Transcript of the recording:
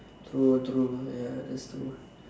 true true ya that's true